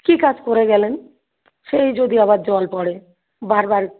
কী কাজ করে গেলেন সেই যদি আবার জল পড়ে বার বার